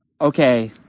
Okay